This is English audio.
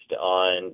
on